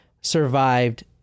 survived